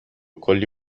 کلی